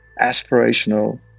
aspirational